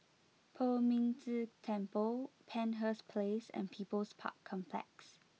Poh Ming Tse Temple Penshurst Place and People's Park Complex